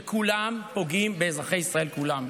וכולן פוגעות באזרחי ישראל כולם.